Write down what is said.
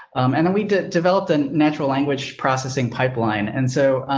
um and we developed and natural language processing pipeline. and so,